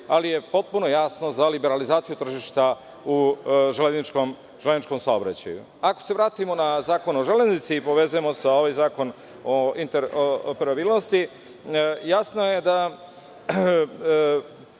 ali je potpuno jasno za liberalizaciju tržišta u železničkom saobraćaju. Ako se vratimo na Zakon o železnici i povežemo sa ovim Zakonom o interoparabilnosti, jasno je da